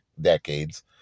decades